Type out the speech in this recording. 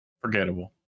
Forgettable